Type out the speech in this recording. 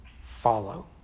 follow